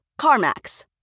CarMax